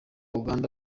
uganda